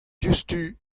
diouzhtu